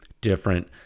Different